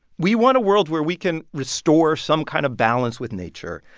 we want a world where we can restore some kind of balance with nature.